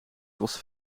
kost